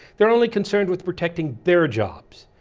they're only concerned with protecting their jobs.